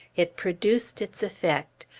it produced its effect.